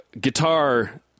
guitar